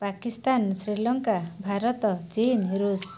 ପାକିସ୍ତାନ ଶ୍ରୀଲଙ୍କା ଭାରତ ଚୀନ ଋଷ